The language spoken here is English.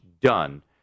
done